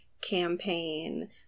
campaign